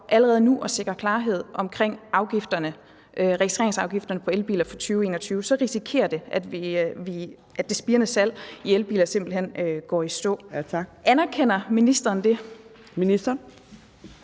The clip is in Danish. sørger for at sikre klarhed omkring registreringsafgifterne på elbiler fra 2020-2021, så risikerer vi, at det spirende salg af elbiler simpelt hen går i stå. Anerkender ministeren det? Kl.